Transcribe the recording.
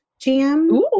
jam